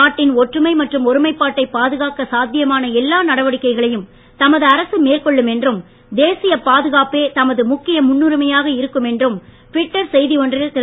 நாட்டின் ஒற்றுமை மற்றும் ஒருமைப்பாட்டை பாதுகாக்க சாத்தியமான எல்லா நடவடிக்கைகளையும் தமது அரசு மேற்கொள்ளும் என்றும் தேசியப் பாதுகாப்பே தமது முக்கிய முன்னுரிமையாக இருக்கும் என்றும் ட்விட்டர் செய்தி ஒன்றில் திரு